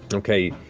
okay.